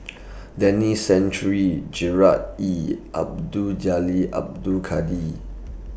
Denis Santry Gerard Ee Abdul Jalil Abdul Kadir